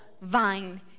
vine